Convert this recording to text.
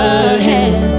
ahead